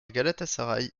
galatasaray